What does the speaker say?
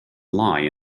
lie